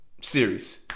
series